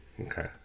Okay